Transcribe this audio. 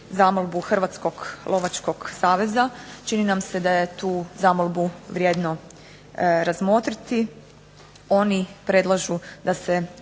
Hrvatskog lovačkog saveza, čini nam se da je tu zamolbu vrijedno razmotriti. Oni predlažu da se